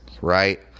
right